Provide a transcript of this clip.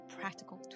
practical